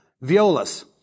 violas